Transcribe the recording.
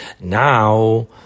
Now